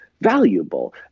valuable